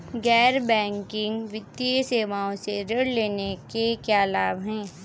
गैर बैंकिंग वित्तीय सेवाओं से ऋण लेने के क्या लाभ हैं?